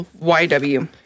YW